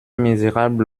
misérable